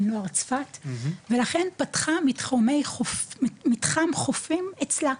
לנוער צפת ולכן פתחה מתחם חופים אצלה,